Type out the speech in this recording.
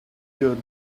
your